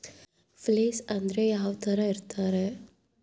Place ಅಂದ್ರೆ ಯಾವ್ತರ ಇರ್ತಾರೆ?